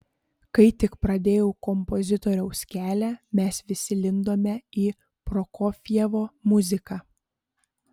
kai tik pradėjau kompozitoriaus kelią mes visi lindome į prokofjevo muziką